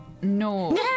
No